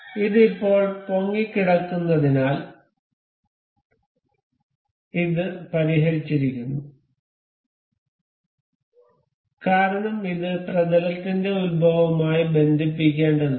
ഇത് ഇപ്പോൾ പൊങ്ങിക്കിടക്കുന്നതിനാൽ ഇത് ഇപ്പോൾ പരിഹരിച്ചിരിക്കുന്നു കാരണം ഇത് പ്രതലത്തിന്റെ ഉത്ഭവവുമായി ബന്ധിപ്പിക്കേണ്ടതുണ്ട്